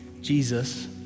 Jesus